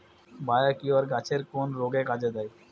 Biocure গাছের কোন রোগে কাজেদেয়?